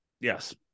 Yes